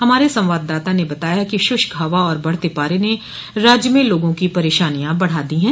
हमारे संवाददाता ने बताया है कि शुष्क हवा और बढ़ते पारे ने राज्य में लोगा की परेशानियां बढ़ा दी हैं